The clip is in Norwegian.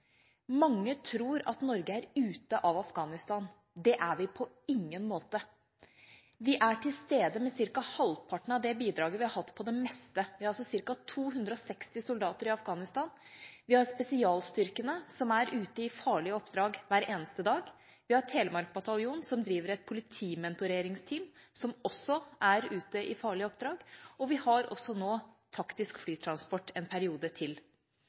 Mange tror at Norge er ute av Afghanistan. Det er vi på ingen måte. Vi er til stede med ca. halvparten av det bidraget vi har hatt på det meste. Vi har ca. 260 soldater i Afghanistan. Vi har spesialstyrkene, som er ute i farlige oppdrag hver eneste dag, vi har Telemark bataljon, som driver et politimentoreringsteam som også er ute i farlige oppdrag, og vi har også nå taktisk flytransport en periode til.